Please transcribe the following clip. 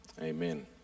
Amen